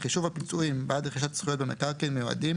רכישת זכויות במקרקעין מיועדים